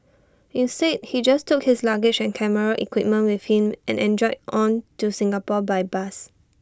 instead he just took his luggage and camera equipment with him and enjoyed on to Singapore by bus